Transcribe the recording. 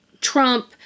Trump